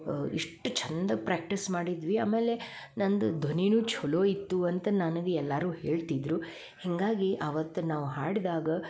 ಎಷ್ಟು ಚಂದ ಪ್ರಾಕ್ಟೀಸ್ ಮಾಡಿದ್ವಿ ಆಮೇಲೆ ನನ್ನದು ಧ್ವನಿನು ಛಲೋ ಇತ್ತು ಅಂತ ನನಗೆ ಎಲ್ಲಾರು ಹೇಳ್ತಿದ್ದರು ಹೀಗಾಗಿ ಅವತ್ತು ನಾವು ಹಾಡಿದಾಗ